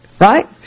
Right